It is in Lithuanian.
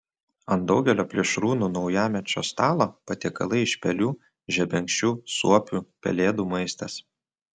ant daugelio plėšrūnų naujamečio stalo patiekalai iš pelių žebenkščių suopių pelėdų maistas